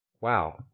Wow